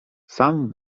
sam